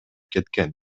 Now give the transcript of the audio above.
кеткен